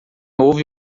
houve